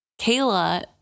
Kayla